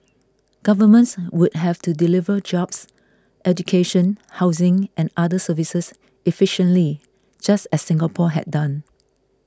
governments would have to deliver jobs education housing and other services efficiently just as Singapore had done